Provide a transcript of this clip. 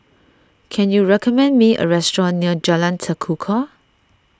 can you recommend me a restaurant near Jalan Tekukor